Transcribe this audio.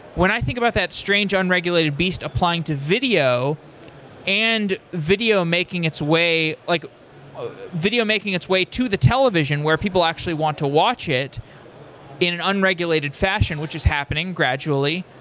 when i think about that strange unregulated beast applying to video and video making its way like making its way to the television where people actually want to watch it in an unregulated fashion, which is happening gradually,